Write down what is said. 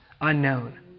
unknown